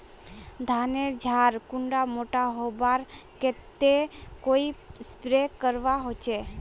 धानेर झार कुंडा मोटा होबार केते कोई स्प्रे करवा होचए?